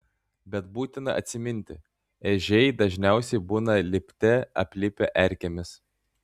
bet būtina atsiminti ežiai dažniausiai būna lipte aplipę erkėmis